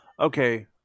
Okay